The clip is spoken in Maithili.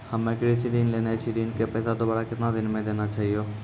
हम्मे कृषि ऋण लेने छी ऋण के पैसा दोबारा कितना दिन मे देना छै यो?